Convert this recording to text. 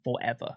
forever